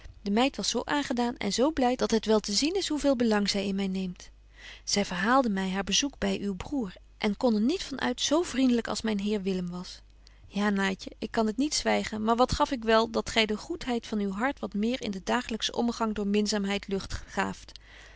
de meid was zo aangedaan en zo blyd dat het wel te zien is hoe veel belang zy in my neemt zy verhaalbetje wolff en aagje deken historie van mejuffrouw sara burgerhart de my haar bezoek by uw broêr en kon er niet van uit zo vriendelyk als myn heer willem was ja naatje ik kan het niet zwygen maar wat gaf ik wel dat gy de goedheid van uw hart wat meer in den dagelykschen ommegang door minzaamheid lucht gaaft